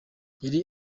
yari